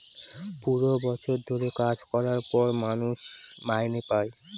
পুরো বছর ধরে কাজ করার পর মানুষ মাইনে পাই